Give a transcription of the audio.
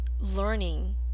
Learning